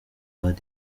hari